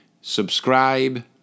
subscribe